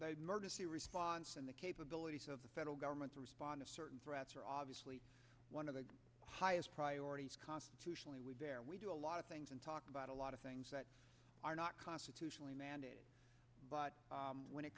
emergency response and the capabilities of the federal government to respond to certain threats are obviously one of the highest priorities constitutionally with there we do a lot of things and talk about a lot of things that are not constitutionally mandated but when it